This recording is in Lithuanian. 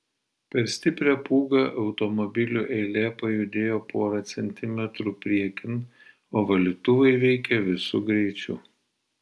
per stiprią pūgą automobilių eilė pajudėjo porą centimetrų priekin o valytuvai veikė visu greičiu